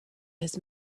his